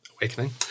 awakening